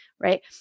right